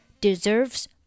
deserves